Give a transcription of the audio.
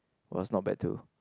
was not bad too